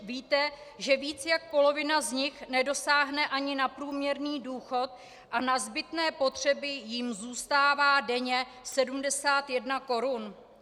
Víte, že víc než polovina z nich nedosáhne ani na průměrný důchod a na zbytné potřeby jim zůstává denně 71 korun?